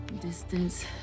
distance